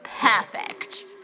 Perfect